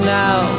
now